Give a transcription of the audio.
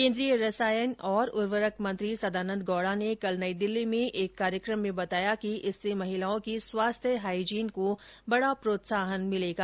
केंद्रीय रसायन और ऊर्वरक मंत्री सदानंद गौड़ा ने कल नई दिल्ली में एक कार्यक्रम में बताया कि इससे महिलाओं की स्वास्थ्य हाईजीन को बड़ा प्रोत्साहन मिलेगा